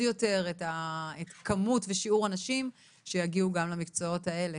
יותר את הכמות ואת שיעור הנשים שיגיעו גם למקצועות האלה.